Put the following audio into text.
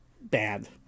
bad